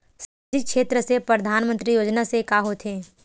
सामजिक क्षेत्र से परधानमंतरी योजना से का होथे?